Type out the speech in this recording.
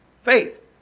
Faith